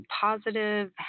positive